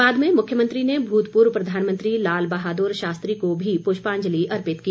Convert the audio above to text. बाद में मुख्यमंत्री ने भूतपूर्व प्रधानमंत्री लाल बहादुर शास्त्री को भी प्रष्पांजलि अर्पित की